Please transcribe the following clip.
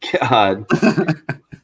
god